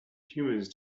humans